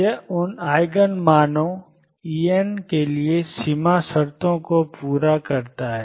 यह उन आइगन मानों En के लिए सीमा शर्तों को पूरा करता है